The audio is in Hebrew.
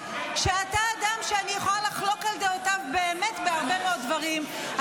שאתה אדם שאני יכולה לחלוק על דעותיו באמת בהרבה מאוד דברים,